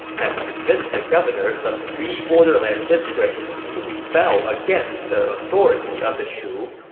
had convinced the governors of three borderland districts to rebel against the authority of the shu,